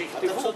אתה צודק,